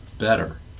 better